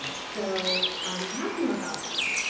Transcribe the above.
ah so talk more about that.